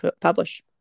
publish